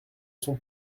sont